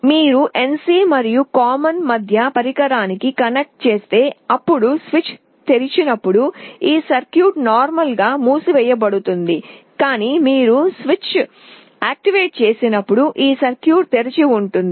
మీరు NC మరియు common మధ్య పరికరాన్ని కనెక్ట్ చేస్తే అప్పుడు స్విచ్ తెరిచినప్పుడు ఈ సర్క్యూట్ సాధారణంగా మూసివేయబడుతుంది కానీ మీరు స్విచ్ను సక్రియం చేసినప్పుడు ఈ సర్క్యూట్ తెరిచి ఉంటుంది